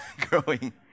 growing